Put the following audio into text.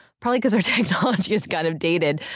probably because their technology is kind of dated,